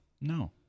No